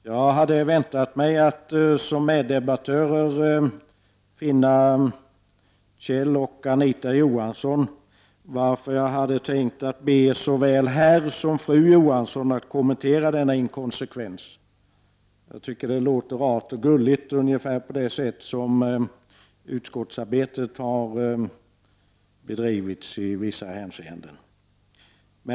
Jag hade väntat mig att som meddebattörer finna Kjell och Anita Johansson, och jag hade tänkt att be såväl herr som fru Johansson kommentera denna inkonsekvens. Jag tycker att det låter lika rart och gulligt som det varit i utskottsarbetet i vissa hänseenden.